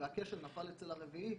והכשל נפל אצל הרביעי,